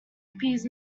appears